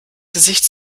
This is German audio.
gesicht